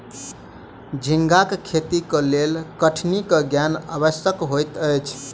झींगाक खेती के लेल कठिनी के ज्ञान आवश्यक होइत अछि